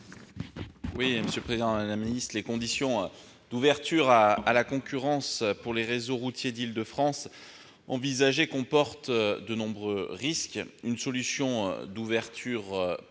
à M. Mathieu Darnaud. Les conditions d'ouverture à la concurrence pour les réseaux routiers d'Île-de-France envisagées comportent de nombreux risques. Une solution d'ouverture